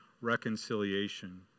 reconciliation